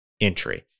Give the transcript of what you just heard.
entry